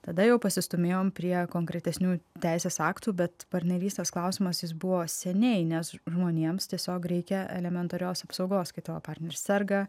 tada jau pasistūmėjom prie konkretesnių teisės aktų bet partnerystės klausimas jis buvo seniai nes žmonėms tiesiog reikia elementarios apsaugos kai tavo partneris serga